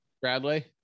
Bradley